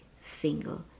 single